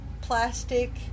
plastic